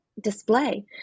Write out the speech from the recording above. display